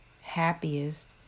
happiest